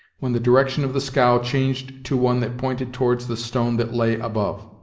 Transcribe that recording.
when the direction of the scow changed to one that pointed towards the stone that lay above.